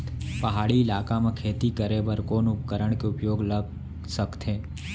पहाड़ी इलाका म खेती करें बर कोन उपकरण के उपयोग ल सकथे?